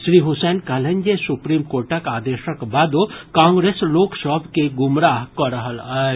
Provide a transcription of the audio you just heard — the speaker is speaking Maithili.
श्री हुसैन कहलनि जे सुप्रीम कोर्टक आदेशक बादो कांग्रेस लोक सभ के गुमराह कऽ रहल अछि